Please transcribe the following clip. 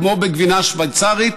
כמו בגבינה שווייצרית,